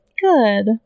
Good